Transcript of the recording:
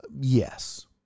Yes